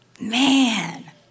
Man